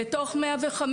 בתוך 105,